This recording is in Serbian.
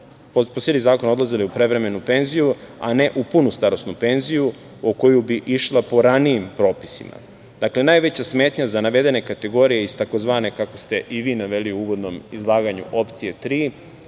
po sili zakona odlazili u prevremenu penziju, a ne u punu starosnu penziju, a u koju bi išla po ranijim propisima. Dakle, najveća smetnja za navedene kategorije iz tzv, kako ste i vi naveli u uvodnom izlaganju, opcije